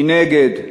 מנגד,